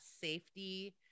safety